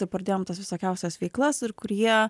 ir pradėjom tas visokiausias veiklas ir kurie